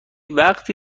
وقتی